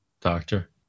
doctor